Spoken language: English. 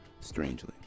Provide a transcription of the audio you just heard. strangely